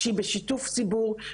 שהיא בשיתוף ציבור,